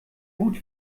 gut